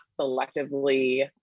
selectively